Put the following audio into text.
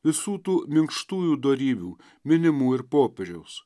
visų tų minkštųjų dorybių minimų ir popiežiaus